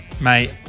mate